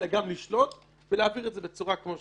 אלא גם לשלוט ולהעביר את זה בצורה כמו שהיא.